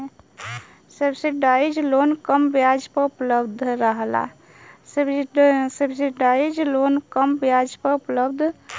subsidise loan कम ब्याज पर उपलब्ध रहला